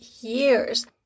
years